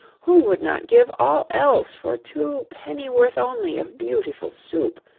who would not give all else for two pennyworth only of beautiful soup?